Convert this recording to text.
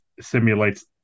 simulates